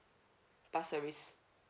bursaries